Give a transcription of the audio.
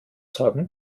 sagen